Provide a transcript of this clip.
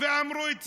וסיפרו את סיפוריהם.